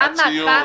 מה הציון?